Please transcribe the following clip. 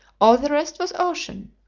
all the rest was ocean.